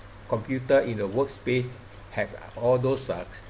computer in the workspace have all those uh